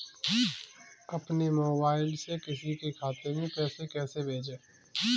अपने मोबाइल से किसी के खाते में पैसे कैसे भेजें?